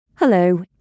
Hello